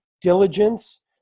diligence